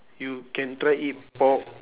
you can try eat pork